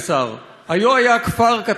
היה היה כפר קטן ביהודה,